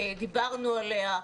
דיברנו עליה,